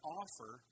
offer